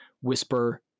whisper